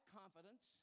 confidence